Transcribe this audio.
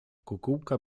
kukułka